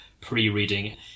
pre-reading